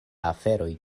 aferoj